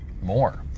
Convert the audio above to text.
more